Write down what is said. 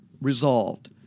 Resolved